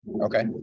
okay